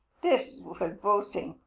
this was boasting,